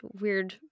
weird